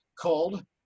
called